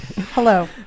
hello